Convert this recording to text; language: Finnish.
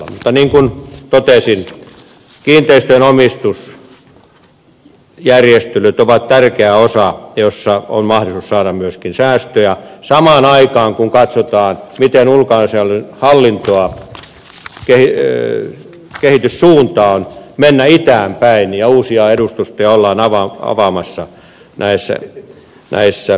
mutta niin kuin totesin kiinteistöjen omistusjärjestelyt ovat tärkeä osa jossa on mahdollisuus saada myöskin säästöjä samaan aikaan kun katsotaan miten ulkoasiainhallinnon kehityssuunta on mennä itään päin ja uusia edustustoja ollaan avaamassa näissä idän maissa